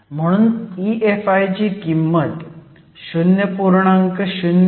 म्हणून EFi ची किंमत 0